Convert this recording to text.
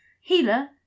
healer